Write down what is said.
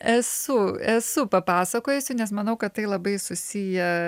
esu esu papasakojusi nes manau kad tai labai susiję